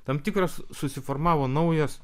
tam tikras susiformavo naujas